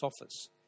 office